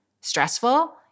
stressful